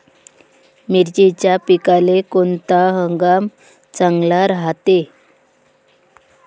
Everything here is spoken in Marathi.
मिर्चीच्या पिकाले कोनता हंगाम चांगला रायते?